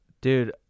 Dude